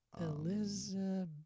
Elizabeth